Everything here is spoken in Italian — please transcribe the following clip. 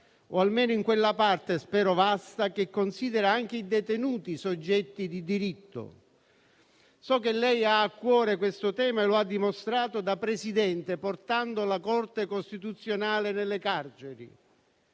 o almeno in quella parte - spero vasta - che considera anche i detenuti soggetti di diritto. So che lei ha a cuore questo tema e lo ha dimostrato da Presidente, portando la Corte costituzionale nelle carceri.